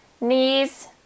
knees